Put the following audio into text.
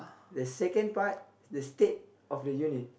the second part the state of the union